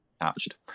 attached